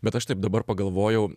bet aš taip dabar pagalvojau